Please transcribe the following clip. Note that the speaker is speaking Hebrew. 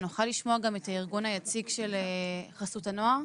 נוכל לשמוע גם את הארגון היציג של חסות הנוער?